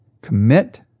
commit